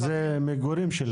לריכוזי המגורים שלהם.